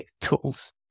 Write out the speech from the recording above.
tools